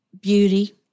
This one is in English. beauty